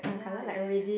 ya I guess